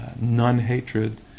non-hatred